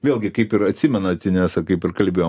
vėlgi kaip ir atsimenat inesa kaip ir kalbėjom